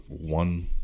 one